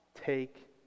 take